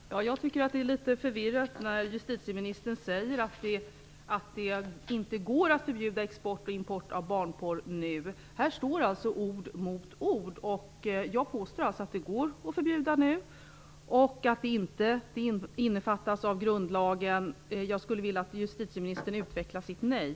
Fru talman! Jag tycker att det är litet förvirrat när justitieministern säger att det inte går att förbjuda export och import av barnpornografi. Här står alltså ord mot ord. Jag påstår att det går att förbjuda det nu och att det inte innefattas av grundlagen. Jag skulle vilja att justitieministern utvecklade sitt nej.